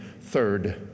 Third